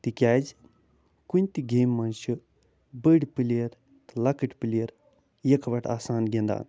تِکیازِ کُنہِ تہِ گٮ۪مہِ منٛز چھُ بٔڑ پِلِیر تہٕ لۄکٔٹ پِلِیر اِکہٕ وَٹہٕ آسان گِندان